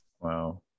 Wow